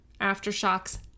aftershocks